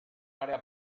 àrea